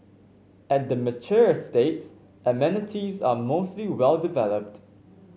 at the mature estates amenities are mostly well developed